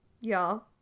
y'all